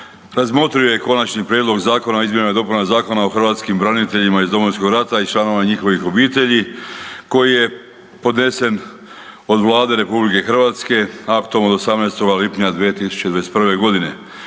razmotrio je Konačni prijedlog Zakona o izmjenama i dopunama Zakona o hrvatskim braniteljima iz Domovinskog rata i članovima njihovih obitelji koji je podnesen od Vlade RH aktom od 18. lipnja 2021.g.